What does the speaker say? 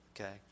Okay